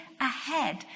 ahead